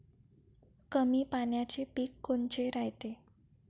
कमी पाण्याचे पीक कोनचे रायते?